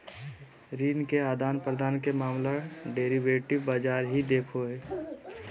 ऋण के आदान प्रदान के मामला डेरिवेटिव बाजार ही देखो हय